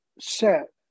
set